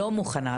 לא מוכנה,